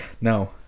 No